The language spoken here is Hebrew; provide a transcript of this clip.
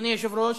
אדוני היושב-ראש,